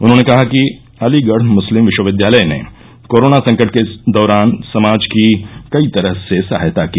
उन्होंने कहा कि अलीगढ मुस्लिम विश्वविद्यालय ने कोरोना संकट के दौरान समाज की कई प्रकार से सहायता की